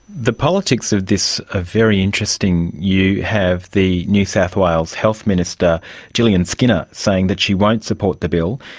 the politics of this are ah very interesting. you have the new south wales health minister jillian skinner saying that she won't support the bill,